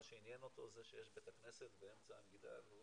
מה שעניין אותו זה שיש בית כנסת באמצע המגדל.